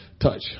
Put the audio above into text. touch